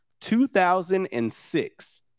2006